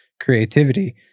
creativity